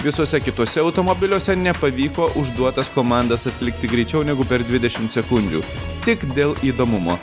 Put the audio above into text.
visuose kituose automobiliuose nepavyko užduotas komandas atlikti greičiau negu per dvidešimt sekundžių tik dėl įdomumo